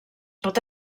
pot